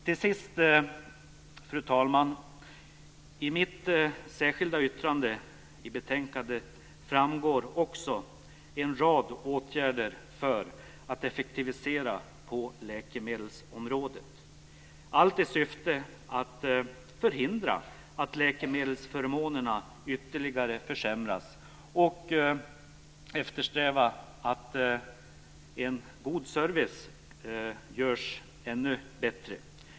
Till sist, fru talman, vill jag peka på mitt särskilda yttrande vid betänkandet. Där framhålls en rad åtgärder för effektivisering på läkemedelsområdet, allt i syfte att förhindra att läkemedelsförmånerna ytterligare försämras och göra en god service ännu bättre.